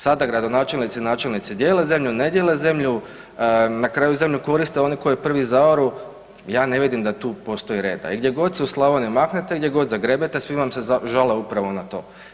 Sada gradonačelnici i načelnici dijele zemlju, ne dijele zemlju, na kraju zemlju koriste oni koji je prvi zaoru, ja ne vidim da tu postoji reda i gdje god se u Slavoniji maknete i gdje god zagrebete svi vam se žale upravo na to.